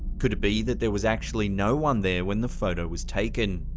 could it be that there was actually no one there when the photo was taken?